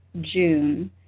June